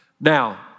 Now